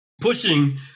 pushing